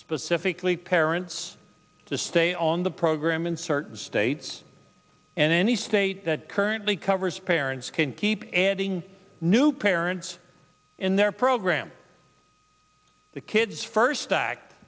specifically parents to stay on the program in certain states and any state that currently covers parents can keep adding new parents in their program the kids first act